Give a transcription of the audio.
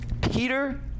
Peter